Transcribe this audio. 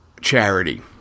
charity